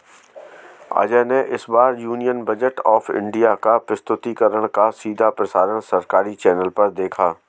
अजय ने इस बार यूनियन बजट ऑफ़ इंडिया का प्रस्तुतिकरण का सीधा प्रसारण सरकारी चैनल पर देखा